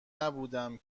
نبودم